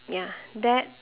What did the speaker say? ya that